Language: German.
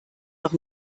doch